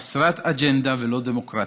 חסרת אג'נדה ולא דמוקרטית.